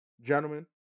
Gentlemen